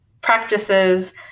practices